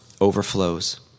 overflows